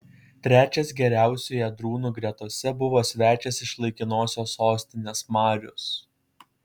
trečias geriausių ėdrūnų gretose buvo svečias iš laikinosios sostinės marius